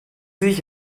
sich